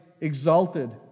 exalted